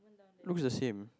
looks the same